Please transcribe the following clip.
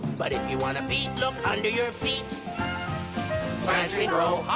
but if you want a beet, look under your feet plants can grow